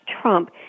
Trump